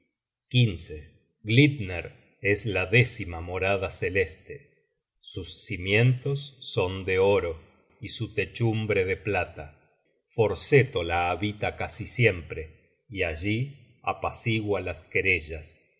glittner es la décima morada celeste sus cimientos son de oro y su techumbre de plata forseto la habita casi siempre y allí apacigua las querellas